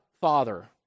Father